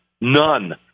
none